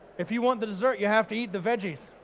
if you want the dessert you have to eat the veggies.